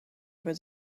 was